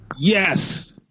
Yes